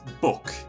book